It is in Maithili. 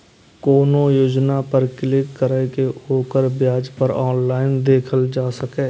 कोनो योजना पर क्लिक कैर के ओकर ब्याज दर ऑनलाइन देखल जा सकैए